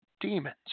demons